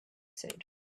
said